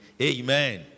amen